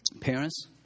Parents